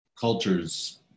cultures